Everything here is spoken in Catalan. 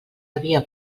havia